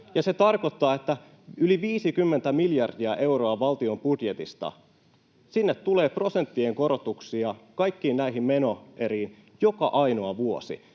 se tarkoittaa yli 50:tä miljardia euroa valtion budjetista, ja sinne tulee prosenttien korotuksia kaikkiin näihin menoeriin joka ainoa vuosi.